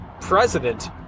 president